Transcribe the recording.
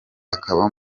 akaba